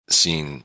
seen